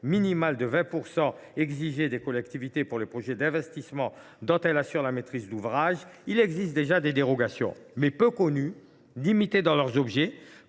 minimal de 20 % des collectivités pour les projets d’investissement dont elles assurent la maîtrise d’ouvrage, il existe déjà des dérogations. Toutefois, peu connues, très limitées dans leurs objets,